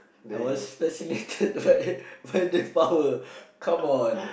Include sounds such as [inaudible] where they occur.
I was [laughs] fascinated by the power come on